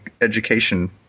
education